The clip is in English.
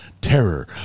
Terror